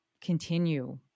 continue